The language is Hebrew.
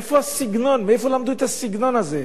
איפה הסגנון, מאיפה למדו את הסגנון הזה?